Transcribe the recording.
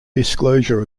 disclosure